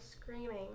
screaming